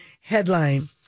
headline